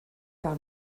par